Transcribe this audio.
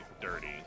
Dirty